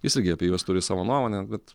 jis irgi apie juos turi savo nuomonę bet